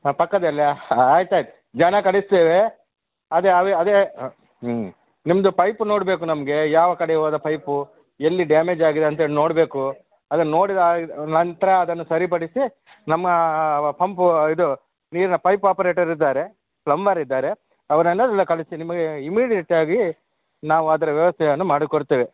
ಹಾಂ ಪಕ್ಕದಲ್ಲ ಆಯ್ತು ಆಯ್ತು ಜನ ಕಳಿಸ್ತೇವೆ ಅದೆ ಅದೆ ಅದೇ ಹ್ಞೂ ನಿಮ್ಮದು ಪೈಪು ನೋಡಬೇಕು ನಮಗೆ ಯಾವ ಕಡೆ ಹೋದ ಪೈಪು ಎಲ್ಲಿ ಡ್ಯಾಮೇಜ್ ಆಗಿದೆ ಅಂತೇಳಿ ನೋಡಬೇಕು ಅದನ್ನು ನೋಡಿದ ಇದ್ ನಂತರ ಅದನ್ನು ಸರಿಪಡಿಸಿ ನಮ್ಮ ಪಂಪು ಇದು ನೀರಿನ ಪೈಪ್ ಆಪರೇಟರ್ ಇದ್ದಾರೆ ಪ್ಲಮ್ಮರ್ ಇದ್ದಾರೆ ಅವ್ರನ್ನ ಎಲ್ಲ ಕಳಿಸಿ ನಿಮಗೆ ಇಮಿಡೇಟ್ ಆಗಿ ನಾವು ಅದರ ವ್ಯವಸ್ಥೆಯನ್ನು ಮಾಡಿಕೊಡುತ್ತೇವೆ